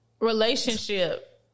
Relationship